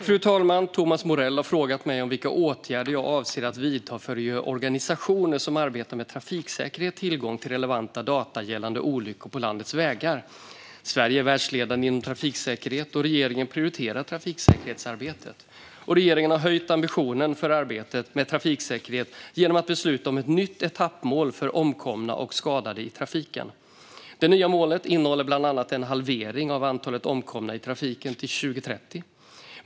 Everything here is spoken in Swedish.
Fru talman! Thomas Morell har frågat mig vilka åtgärder jag avser att vidta för att ge de organisationer som arbetar med trafiksäkerhet tillgång till relevanta data gällande olyckor på landets vägar. Sverige är världsledande inom trafiksäkerhet, och regeringen prioriterar trafiksäkerhetsarbetet. Regeringen har höjt ambitionen för arbetet med trafiksäkerhet genom att besluta om ett nytt etappmål för omkomna och skadade i trafiken. Det nya målet innehåller bland annat en halvering av antalet omkomna i trafiken till 2030.